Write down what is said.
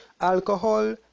Alcohol